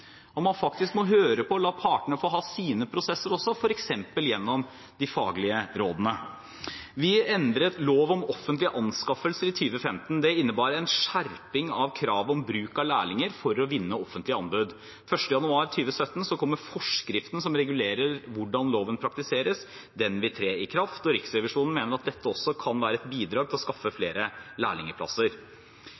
Man må faktisk høre på og la partene få ha sine prosesser, f.eks. gjennom de faglige rådene. Vi endret lov om offentlige anskaffelser i 2015. Det innebar en skjerping av kravet om bruk av lærlinger for å vinne offentlige anbud. Den 1. januar 2017 kommer forskriften som regulerer hvordan loven praktiseres. Den vil da tre i kraft, og Riksrevisjonen mener at dette også kan være et bidrag til å skaffe